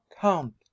count